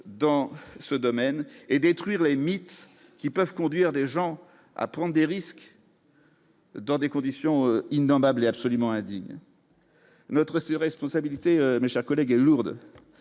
dans ce domaine et détruire les mythes qui peuvent conduire les gens à prendre des risques. Dans des conditions innommables est absolument indigne notre ses responsabilités, mes chers collègues, à Lourdes,